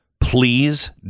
please